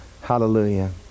Hallelujah